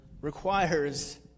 requires